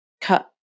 cut